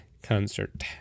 Concert